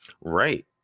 Right